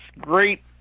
great